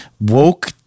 woke